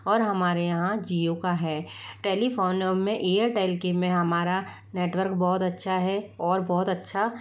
और हमारे यहाँ जिओ का है टेलीफोन में एयरटेल के में हमारा नेटवर्क बहुत अच्छा है और बहुत अच्छा